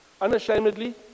Unashamedly